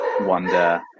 wonder